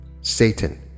satan